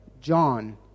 John